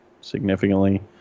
significantly